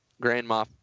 Grandma